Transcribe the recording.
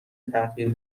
تغییر